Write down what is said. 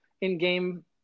in-game